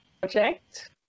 project